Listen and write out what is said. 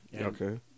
Okay